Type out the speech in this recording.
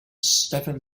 stefan